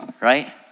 right